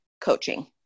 coaching